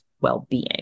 well-being